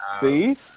see